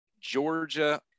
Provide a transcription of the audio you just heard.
Georgia